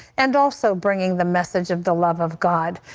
and also bringing the message of the love of god.